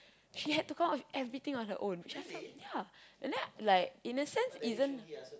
she had to come up with everything on her own which I felt ya and like in a sense isn't